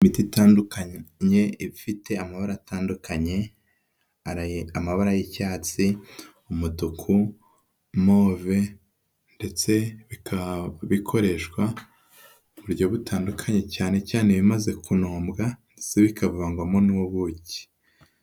Imiti itandukanye ifite amabara atandukanye, amabara y'icyatsi, umutuku, move ndetse bikaba bikoreshwa mu buryo butandukanye cyane cyane bimaze kunombwa ndetse bikavangwamo n'ubuki.